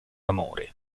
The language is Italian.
amore